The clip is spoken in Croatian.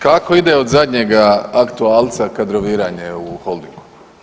Kako ide od zadnjega aktualca kadroviranje u Holdingu?